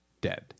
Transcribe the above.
dead